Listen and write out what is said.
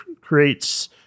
creates